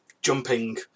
jumping